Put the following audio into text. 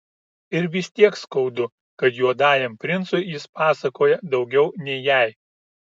ir vis tiek skaudu kad juodajam princui jis pasakoja daugiau nei jai